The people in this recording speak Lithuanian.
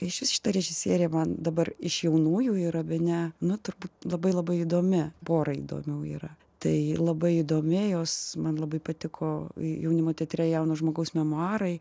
ir išvis šita režisierė man dabar iš jaunųjų yra bene nu turbūt labai labai įdomi pora įdomių yra tai labai domėjaus man labai patiko jaunimo teatre jauno žmogaus memuarai